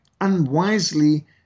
unwisely